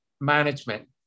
management